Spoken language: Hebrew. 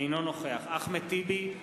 אינו נוכח אחמד טיבי,